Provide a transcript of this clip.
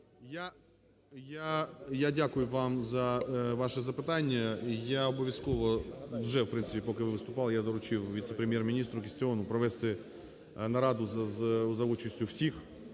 Я дякую вам за ваше запитання. Я обов'язково, вже, в принципі, поки ви виступали, я доручив віце-прем'єр міністру Кістіону провести нараду за участю всіх.